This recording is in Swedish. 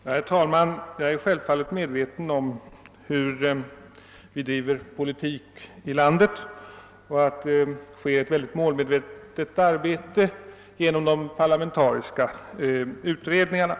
Herr talman! Jag är självfallet medveten om hur vi bedriver politik här i landet och om att det uträttas ett mycket målmedvetet arbete inom de parlamentariska utredningarna.